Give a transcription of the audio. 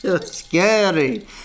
Scary